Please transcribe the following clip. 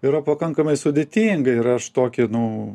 yra pakankamai sudėtinga ir aš tokį nu